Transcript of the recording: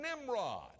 Nimrod